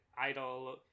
idol